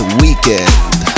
weekend